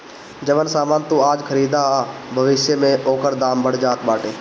जवन सामान तू आज खरीदबअ भविष्य में ओकर दाम बढ़ जात बाटे